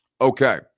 Okay